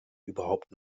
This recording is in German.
überhaupt